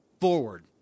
forward